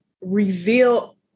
reveal